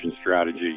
strategy